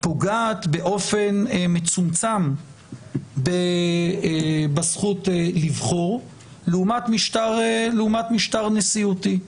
פוגעת באופן מצומצם בזכות לבחור לעומת משטר נשיאותי.